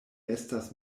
estas